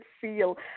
feel